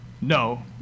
No